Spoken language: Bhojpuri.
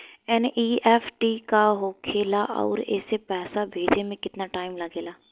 एन.ई.एफ.टी का होखे ला आउर एसे पैसा भेजे मे केतना टाइम लागेला?